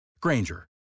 Granger